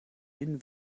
den